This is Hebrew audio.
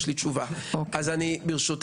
יש לי תשובה.״ אז ברשותך,